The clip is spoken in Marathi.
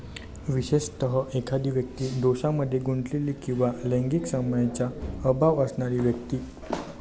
विशेषतः, एखादी व्यक्ती दोषांमध्ये गुंतलेली किंवा लैंगिक संयमाचा अभाव असणारी व्यक्ती